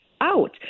out